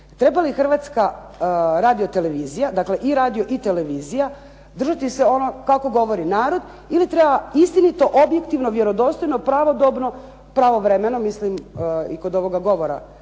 treba li Hrvatska radiotelevizija, dakle i radio i televizija, držati se ono kako govori narod, ili treba istinito, objektivno, vjerodostojno, pravodobno, pravovremeno mislim i kod ovoga govora